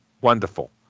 Wonderful